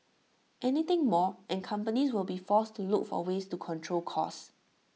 anything more and companies will be forced to look for ways to control costs